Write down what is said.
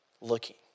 looking